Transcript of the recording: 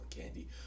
candy